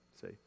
see